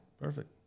perfect